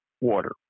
water